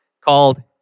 called